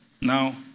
Now